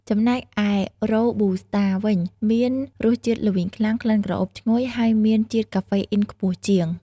ចំណែកឯ រ៉ូប៊ូស្តា វិញ មានរសជាតិល្វីងខ្លាំង ក្លិនក្រអូបឈ្ងុយ ហើយមានជាតិកាហ្វេអ៊ីនខ្ពស់ជាង។